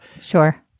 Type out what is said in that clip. Sure